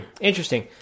Interesting